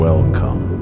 Welcome